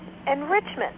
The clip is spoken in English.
enrichment